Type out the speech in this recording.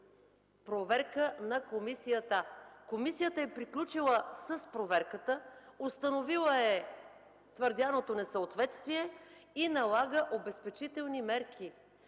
проверка на комисията. Комисията е приключила с проверката, установила е твърдяното несъответствие и налага обезпечителни мерки.